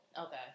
Okay